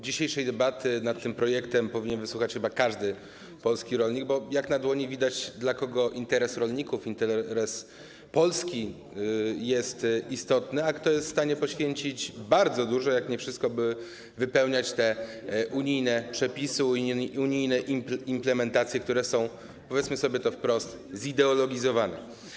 Dzisiejszej debaty nad tym projektem powinien wysłuchać chyba każdy polski rolnik, bo jak na dłoni widać, dla kogo interes rolników, interes Polski jest istotny, a kto jest w stanie poświęcić bardzo dużo, jak nie wszystko, by wypełniać te unijne przepisy, unijne implementacje, które są, powiedzmy sobie to wprost, zideologizowane.